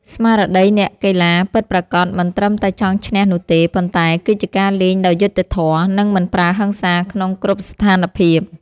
ស្មារតីអ្នកកីឡាពិតប្រាកដមិនត្រឹមតែចង់ឈ្នះនោះទេ ប៉ុន្តែគឺជាការលេងដោយយុត្តិធម៌ និងមិនប្រើហិង្សាក្នុងគ្រប់ស្ថានភាព។